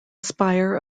spire